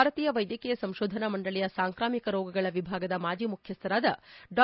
ಭಾರತೀಯ ವೈದ್ಯಕೀಯ ಸಂಶೋಧನಾ ಮಂಡಳಿಯ ಸಾಂಕ್ರಾಮಿಕ ರೋಗಗಳ ವಿಭಾಗದ ಮಾಜಿ ಮುಖ್ಯಸ್ಥರಾದ ಡಾ